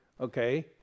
okay